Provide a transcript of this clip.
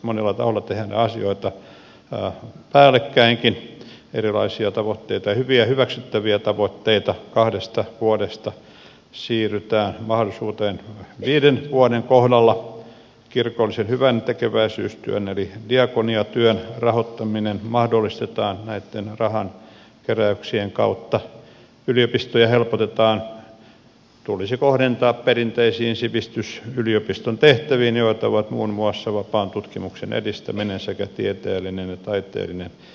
monella taholla tehdään asioita päällekkäinkin erilaisia tavoitteita ja hyviä ja hyväksyttäviä tavoitteita kahdesta vuodesta siirrytään mahdollisuuteen viiden vuoden kohdalla kirkollisen hyväntekeväisyystyön eli diakoniatyön rahoittaminen mahdollistetaan näitten rahankeräyksien kautta yliopistoja helpotetaan se tulisi kohdentaa perinteisiin sivistysyliopiston tehtäviin joita ovat muun muassa vapaan tutkimuksen edistäminen sekä tieteellinen ja taiteellinen sivistys